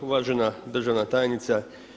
Uvažena državna tajnice.